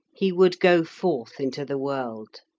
he would go forth into the world.